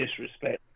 Disrespect